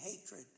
hatred